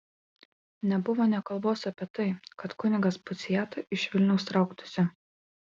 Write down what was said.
nebuvo nė kalbos apie tai kad kunigas puciata iš vilniaus trauktųsi